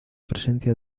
presencia